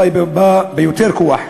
בא ביותר כוח,